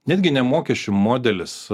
netgi ne mokesčių modelis